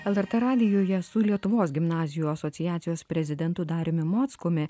lrt radijuje su lietuvos gimnazijų asociacijos prezidentu dariumi mockumi